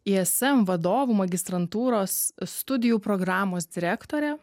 ism vadovų magistrantūros studijų programos direktorė